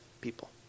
people